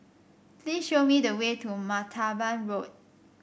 please show me the way to Martaban Road